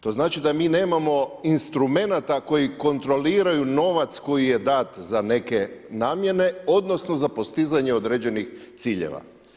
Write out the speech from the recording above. To znači da mi nemamo instrumenata koji kontroliraju novac koji je dan za neke namjene, odnosno za postizanje određenih ciljeva.